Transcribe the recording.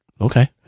Okay